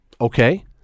Okay